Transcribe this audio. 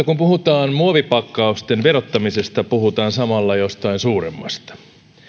kun puhutaan muovipakkausten verottamisesta puhutaan samalla jostain suuremmasta